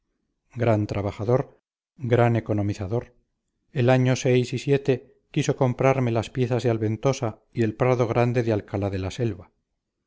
gran trabajador gran economizador el año y quiso comprarme las piezas de alventosa y el prado grande de alcalá de la selva